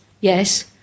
yes